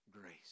grace